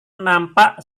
nampak